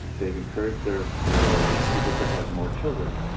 they've encouraged their their people to have more children,